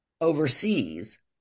overseas